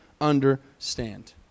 understand